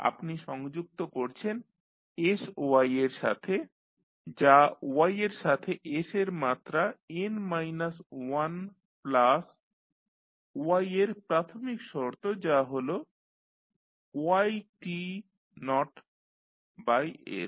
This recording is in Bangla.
আপনি সংযুক্ত করছেন sy এর সাথে যা y এর সাথে s এর মাত্রা n মাইনাস 1 প্লাস y এর প্রাথমিক শর্ত যা হল y t naught by s